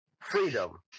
freedom